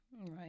Right